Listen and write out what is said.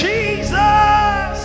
Jesus